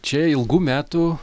čia ilgų metų